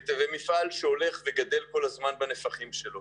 ומפעל שהולך וגדל כל הזמן בנפחים שלו